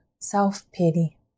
self-pity